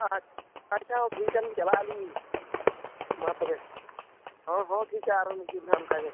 ᱟᱪᱪᱷᱟ ᱟᱪᱪᱷᱟ ᱴᱷᱤᱠ ᱜᱮᱭᱟ ᱪᱟᱞᱟᱜ ᱟᱹᱞᱤᱧ ᱢᱟ ᱛᱚᱵᱮ ᱦᱮᱸ ᱦᱮᱸ ᱴᱷᱤᱠᱼᱟ ᱟᱨᱚ ᱢᱤᱫ ᱫᱤ ᱦᱟᱸᱜ ᱚᱱᱠᱟ ᱜᱮ